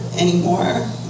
anymore